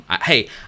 Hey